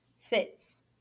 fits